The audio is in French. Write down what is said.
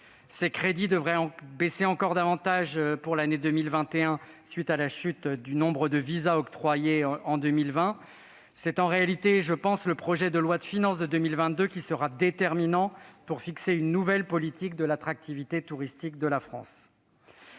Ses crédits devraient encore se réduire davantage pour l'année 2021, à la suite de la chute brutale du nombre de visas octroyés en 2020. En réalité, c'est bien le projet de loi de finances pour 2022 qui sera déterminant pour fixer une nouvelle politique de l'attractivité touristique de la France.